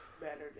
better